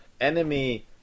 Enemy